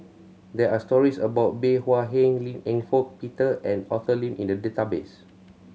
there are stories about Bey Hua Heng Lim Eng Hock Peter and Arthur Lim in the database